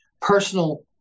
personal